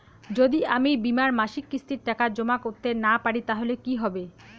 যদি আমি বীমার মাসিক কিস্তির টাকা জমা করতে না পারি তাহলে কি হবে?